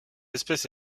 espèce